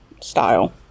style